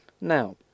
Now